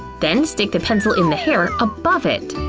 then stick the pencil in the hair above it.